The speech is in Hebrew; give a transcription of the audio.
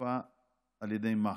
מקיפה על ידי מח"ש.